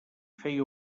feia